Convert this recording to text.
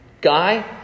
guy